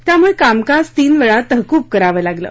त्यामुळे कामकाज तीन वेळा तहकूब करावं लागलं